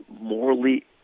morally